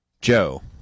Joe